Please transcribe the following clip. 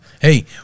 hey